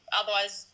otherwise